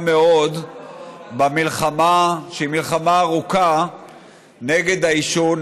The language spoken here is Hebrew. מאוד במלחמה שהיא מלחמה ארוכה נגד העישון,